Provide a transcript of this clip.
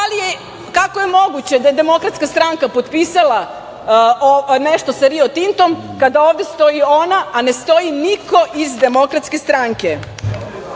– kako je moguće da je Demokratska stranka potpisala nešto sa Rio Tintom kada ovde stoji ona, a ne stoji niko iz Demokratske stranke? Gospođo